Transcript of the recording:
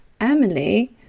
Emily